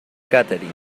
catherine